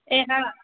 એ હા